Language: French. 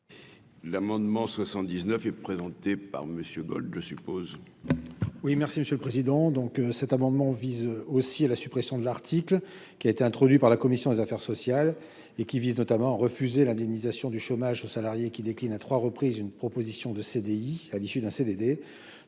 L'amendement 79 et présentée par Monsieur Gold je suppose.